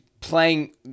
playing